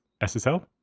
ssl